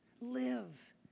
live